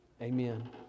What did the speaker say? Amen